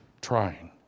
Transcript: trying